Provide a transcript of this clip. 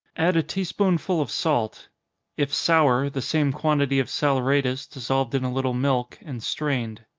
add a tea-spoonful of salt if sour, the same quantity of saleratus, dissolved in a little milk, and strained.